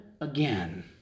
again